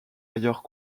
ailleurs